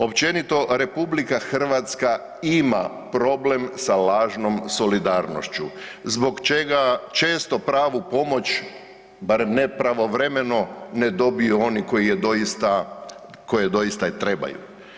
Općenito RH ima problem sa lažnom solidarnošću zbog čega često pravu pomoć barem ne pravovremeno ne dobiju oni koji je doista, koji je doista i trebaju.